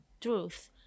truth